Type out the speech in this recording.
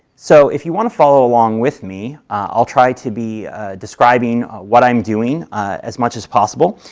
so if you want to follow along with me, i'll try to be describing what i'm doing as much as possible.